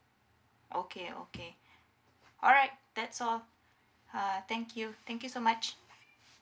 okay okay alright that's all uh thank you thank you so much